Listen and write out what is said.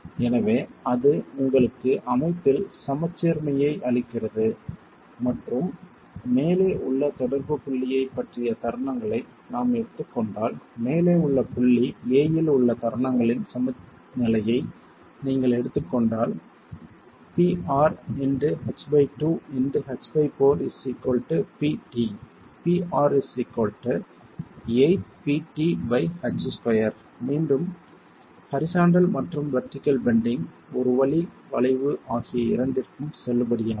எனவே அது உங்களுக்கு அமைப்பில் சமச்சீர்மையை அளிக்கிறது மற்றும் மேலே உள்ள தொடர்பு புள்ளியைப் பற்றிய தருணங்களை நாம் எடுத்துக் கொண்டால் மேலே உள்ள புள்ளி a இல் உள்ள தருணங்களின் சமநிலையை நீங்கள் எடுத்துக் கொண்டால் மீண்டும் ஹரிசாண்டல் மற்றும் வெர்டிகள் பெண்டிங் ஒரு வழி வளைவு ஆகிய இரண்டிற்கும் செல்லுபடியாகும்